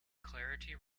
clarity